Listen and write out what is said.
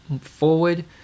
forward